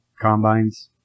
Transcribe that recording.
combines